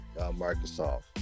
Microsoft